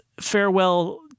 farewell